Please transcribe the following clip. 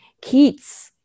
Keats